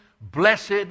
blessed